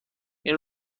این